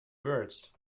words